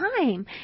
time